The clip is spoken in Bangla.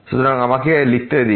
সুতরাং আমাকে এটি লিখতে দিন